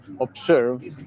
observe